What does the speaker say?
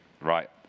right